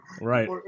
right